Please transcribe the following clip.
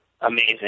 amazing